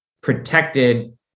protected